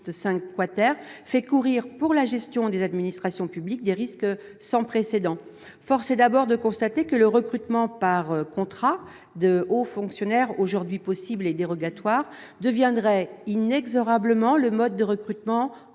fait courir pour la gestion des administrations publiques des risques sans précédent. Force est de constater que le recrutement par contrat de hauts fonctionnaires, aujourd'hui possible, mais dérogatoire, deviendrait inexorablement le mode de recrutement